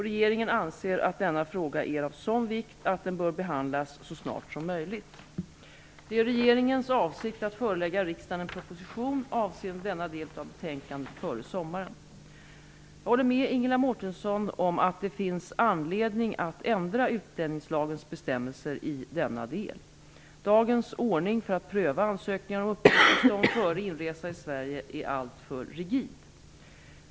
Regeringen anser att denna fråga är av sådan vikt att den bör behandlas så snart som möjligt. Det är regeringens avsikt att förelägga riksdagen en proposition avseende denna del av betänkandet före sommaren. Jag håller med Ingela Mårtensson om att det finns anledning att ändra utlänningslagens bestämmelser i denna del. Dagens ordning för att pröva ansökningar om uppehållstillstånd före inresan i Sverige är alltför rigid.